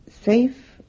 Safe